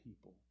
people